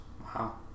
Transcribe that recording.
Wow